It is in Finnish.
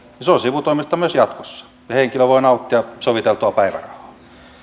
on sivutoimista myös jatkossa ja henkilö voi nauttia soviteltua päivärahaa